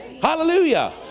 Hallelujah